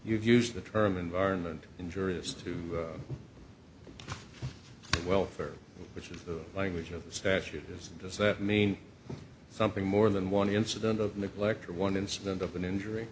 you've used the term environment injurious to welfare which is the language of the statute is does that mean something more than one incident of neglect or one incident of an injury